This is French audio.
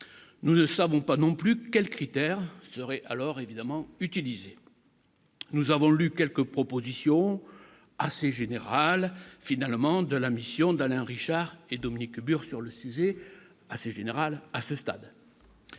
nous ne savons pas non plus quels critères seraient alors évidemment utiliser nous avons lu quelques propositions assez général finalement de la mission d'Alain Richard et Dominique Bur sur le sujet assez générale à ce stade,